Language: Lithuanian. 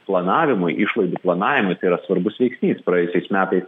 planavimui išlaidų planavimas yra svarbus veiksnys praėjusiais metais